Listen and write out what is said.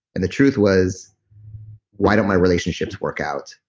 and the truth was why don't my relationships work out?